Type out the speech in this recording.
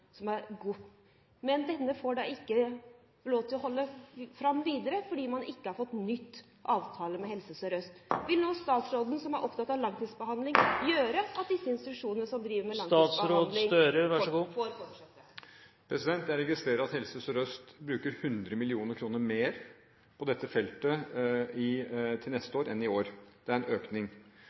Men denne institusjonen får da ikke lov til å holde fram videre fordi man ikke har fått ny avtale med Helse Sør-Øst. Vil nå statsråden, som er opptatt av langtidsbehandling, gjøre noe, slik at disse institusjonene som driver langtidsbehandling, får fortsette? Jeg registrerer at Helse Sør-Øst bruker 100 mill. kr mer på dette feltet til neste år enn i år. Det er en økning.